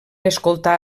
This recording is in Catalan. escoltar